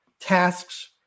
tasks